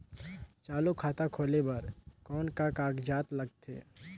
चालू खाता खोले बर कौन का कागजात लगथे?